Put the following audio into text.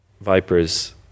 Vipers